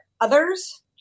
others